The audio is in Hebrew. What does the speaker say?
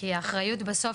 כי האחריות בסוף,